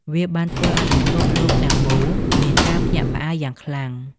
វាបានធ្វើឲ្យពិភពលោកទាំងមូលមានការភ្ញាក់ផ្អើលយ៉ាងខ្លាំង។